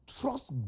Trust